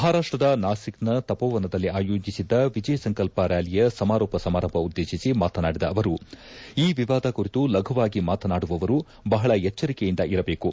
ಮಹರಾಷ್ಟದ ನಾಸಿಕ್ನ ತಪೋವನದಲ್ಲಿ ಆಯೋಜಿಸಿದ್ದ ವಿಜಯ ಸಂಕಲ್ಪ ರ್ಕಾಲಿಯ ಸಮಾರೋಪ ಸಮಾರಂಭ ಉದ್ದೇಶಿಸಿ ಮಾತನಾಡಿದ ಅವರು ಈ ವಿವಾದ ಕುರಿತು ಲಘುವಾಗಿ ಮಾತನಾಡುವವರು ಬಹಳ ಎಚ್ವರಿಕೆಯಿಂದ ಇರಬೇಕು